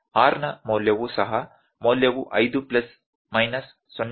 r ನ ಮೌಲ್ಯವು ಸಹ ಮೌಲ್ಯವು 5 ಪ್ಲಸ್ ಮೈನಸ್ 0